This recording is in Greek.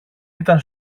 ήταν